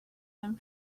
them